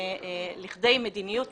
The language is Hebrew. לכדי מדיניות